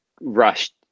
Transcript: rushed